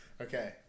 Okay